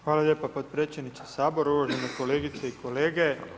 Hvala lijepa potpredsjedniče Sabora, uvažene kolegice i kolege.